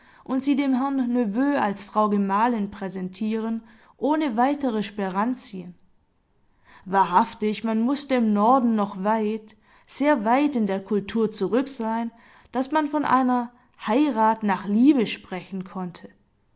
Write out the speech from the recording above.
und sie dem herrn neveu als frau gemahlin präsentieren ohne weitere sperranzien wahrhaftig man mußte im norden noch weit sehr weit in der kultur zurück sein daß man von einer heirat nach liebe sprechen konnte